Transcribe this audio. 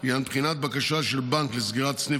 לעניין בחינת בקשה של בנק לסגירת סניף